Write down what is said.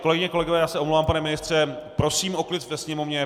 Kolegyně a kolegové já se omlouvám, pane ministře prosím o klid ve sněmovně.